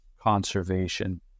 conservation